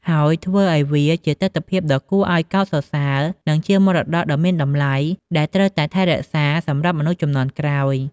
ហើយធ្វើឲ្យវាជាទិដ្ឋភាពដ៏គួរឱ្យកោតសរសើរ និងជាមរតកដ៏មានតម្លៃដែលត្រូវតែថែរក្សាសម្រាប់មនុស្សជំនាន់ក្រោយ។